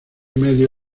medio